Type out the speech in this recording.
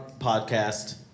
podcast